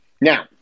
Now